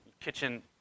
Kitchen